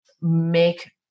make